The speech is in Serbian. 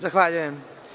Zahvaljujem.